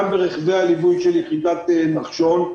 גם ברכבי הליווי של יחידת נחשון.